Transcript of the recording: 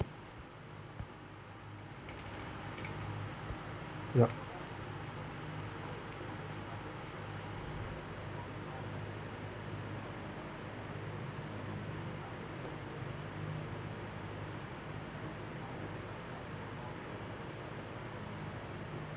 yup